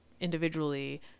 individually